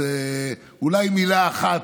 אולי מילה אחת,